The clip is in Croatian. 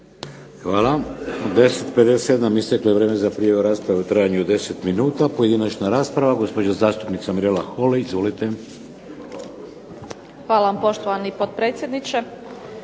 Hvala. U 10,57 isteklo je vrijeme za prijavu rasprave u trajanju od 10 minuta. Pojedinačna rasprava. Gospođa zastupnica Mirela Holy. Izvolite. **Holy, Mirela (SDP)** Hvala vam poštovani potpredsjedniče.